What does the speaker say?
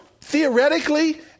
Theoretically